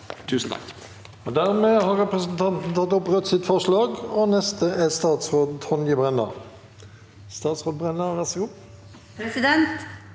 Tusen takk!